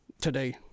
today